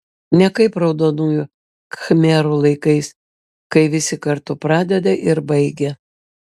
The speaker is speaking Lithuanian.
ne kaip raudonųjų khmerų laikais kai visi kartu pradeda ir baigia